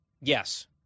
Yes